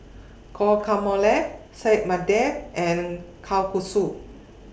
Guacamole Saag and Kalguksu